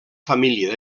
família